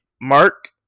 mark